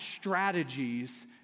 strategies